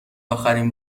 اخرین